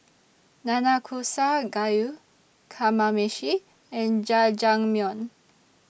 Nanakusa Gayu Kamameshi and Jajangmyeon